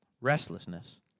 Restlessness